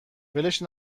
ولش